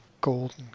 golden